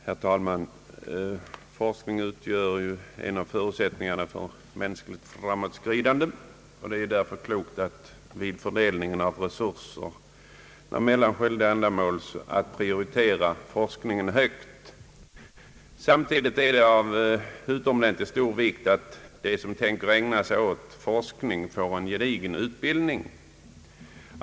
Herr talman! Forskning utgör ju en av förutsättningarna för mänskligt framåtskridande. Det är därför klokt att vid fördelningen av tillgängliga resurser mellan skilda ändamål prioritera forskningen högt. Samtidigt är det av utomordentligt stor vikt att de som tänker ägna sig åt forskning får en gedigen utbildning.